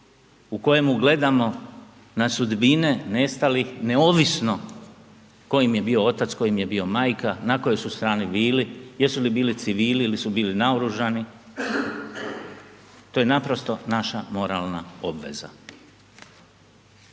u kojemu gledamo na sudbine nestalih neovisno tko im je bio otac, tko im je bio majka, na kojoj su strani bili, jesu li bili civili ili su bili naoružani, to je naprosto naša moralna obveza.